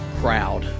crowd